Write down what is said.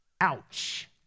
Ouch